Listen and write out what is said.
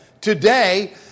today